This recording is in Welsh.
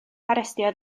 harestio